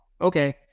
Okay